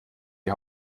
die